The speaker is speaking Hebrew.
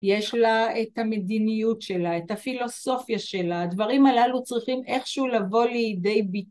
יש לה את המדיניות שלה, את הפילוסופיה שלה, הדברים הללו צריכים איכשהו לבוא לידי ביט...